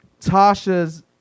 Tasha's